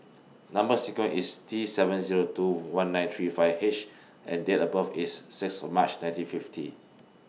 Number sequence IS T seven Zero two one nine three five H and Date of birth IS six of March nineteen fifty